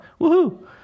woohoo